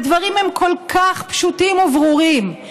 הדברים הם כל כך פשוטים וברורים.